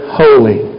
holy